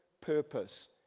purpose